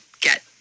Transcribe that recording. get